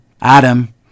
Adam